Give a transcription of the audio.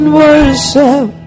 worship